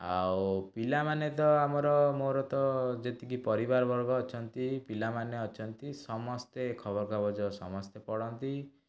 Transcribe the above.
ଆଉ ପିଲାମାନେ ତ ଆମର ମୋର ତ ଯେତିକି ପରିବାରବର୍ଗ ଅଛନ୍ତି ପିଲାମାନେ ଅଛନ୍ତି ସମସ୍ତେ ଖବରକାଗଜ ସମସ୍ତେ ପଢ଼ନ୍ତି